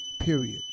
Period